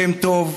לשם טוב.